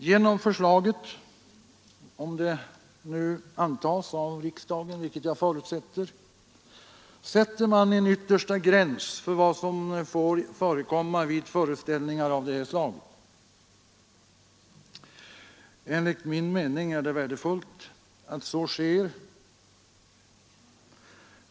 Genom förslaget — om det antas av riksdagen, vilket jag förutsätter — sätter man en yttersta gräns för vad som får förekomma vid föreställningar av detta slag. Enligt min mening är det värdefullt att så sker.